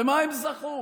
במה הם זכו?